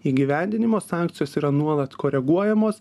įgyvendinimo sankcijos yra nuolat koreguojamos